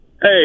Hey